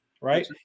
right